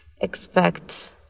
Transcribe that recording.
expect